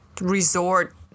resort